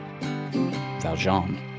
Valjean